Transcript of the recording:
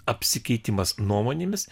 apsikeitimas nuomonėmis